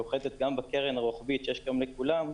הירידה בסחר היהלומים ובעיקר בייצוא היהלומים היא ירידה עצומה,